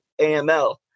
AML